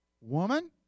Woman